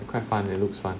it's quite fun leh looks fun